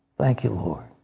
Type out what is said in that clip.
thank you, lord.